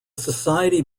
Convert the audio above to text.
society